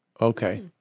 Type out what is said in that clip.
Okay